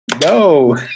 No